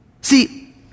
See